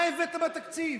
מה הבאת בתקציב?